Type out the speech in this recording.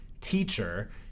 teacher